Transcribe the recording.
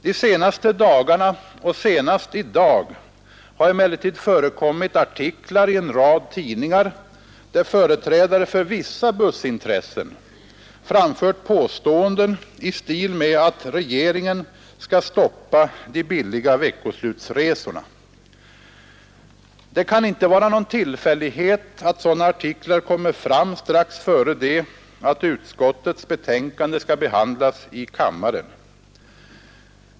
De senaste dagarna och senast i dag har det emellertid förekommit artiklar i en rad tidningar, där företrädare för vissa bussintressen framfört påståenden i stil med att regeringen skall stoppa de billiga veckoslutsresorna. Det kan inte vara någon tillfällighet att sådana artiklar kommer fram strax före det att utskottets betänkande skall behandlas i kammaren.